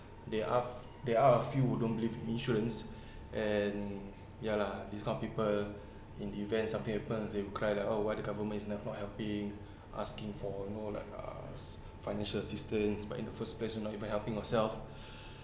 there are f~ there are a few who don't believe insurance and ya lah this kind of people in event something happens you cry lah oh why the government is not not helping asking for you know like uh s~ financial assistance but in the first place you not even helping yourself